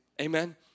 amen